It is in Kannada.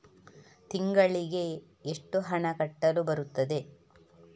ತಿಂಗಳಿಗೆ ಎಷ್ಟು ಹಣ ಕಟ್ಟಲು ಬರುತ್ತದೆ?